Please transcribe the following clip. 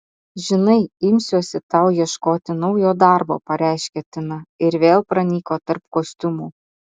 žinai imsiuosi tau ieškoti naujo darbo pareiškė tina ir vėl pranyko tarp kostiumų